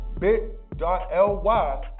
bit.ly